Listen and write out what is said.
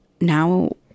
Now